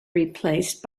replaced